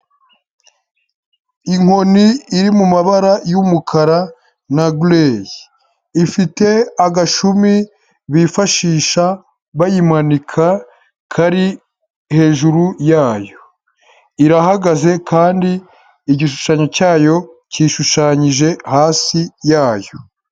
Inkoni iri mu mabara y'umukara na gireyi, ifite agashumi bifashisha bayimanika kari hejuru yayo, irahagaze kandi igishushanyo cyayo cyishushanyije hasi yayo.